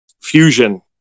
Fusion